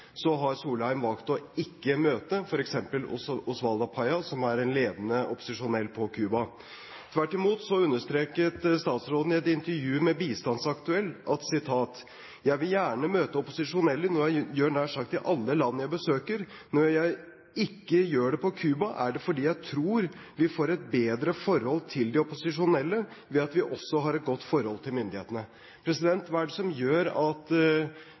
har Solheim valgt ikke å møte f.eks. Oswaldo Payá, som er en ledende opposisjonell på Cuba. Tvert imot understreket statsråden i et intervju med Bistandsaktuelt: «Jeg vil gjerne møte opposisjonelle, noe jeg gjør i nær sagt alle land jeg besøker. Når jeg ikke gjør det her, er det fordi jeg tror vi får et bedre forhold til de opposisjonelle ved at vi også har et godt forhold til myndighetene.» Hva er det som gjør at